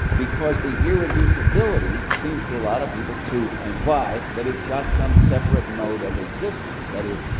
because the irreducibility seems to a lot of people to imply that it's got some separate mode of existence, that is,